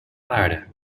aarde